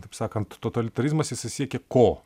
taip sakant totalitarizmas jisai siekė ko